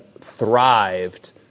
thrived